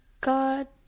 God